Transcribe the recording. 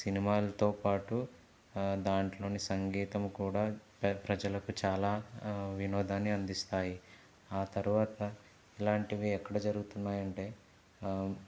సినిమాలతో పాటు దాంట్లోని సంగీతం కూడా ప్ర ప్రజలకు చాలా వినోదాన్ని అందిస్తాయి ఆ తర్వాత ఇలాంటివి ఎక్కడ జరుగుతున్నాయంటే